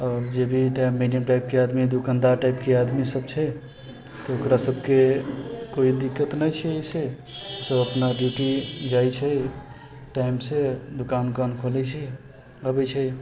आओर जे भी मीडियम टाइपके आदमी हइ दुकानदार टाइपके आदमीसब छै तऽ ओकरा सबके कोइ दिक्कत नहि छै एहिसँ सब अपना ड्यूटी जाइ छै टाइमसँ दोकान उकान खोलै छै अबै छै